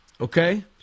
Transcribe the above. Okay